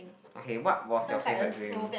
okay what was your favorite game